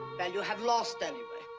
well, you have lost, anyway.